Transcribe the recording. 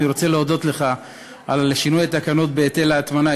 אני רוצה להודות לך על שינוי התקנות בהיטל ההטמנה,